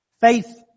faith